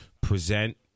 present